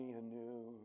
anew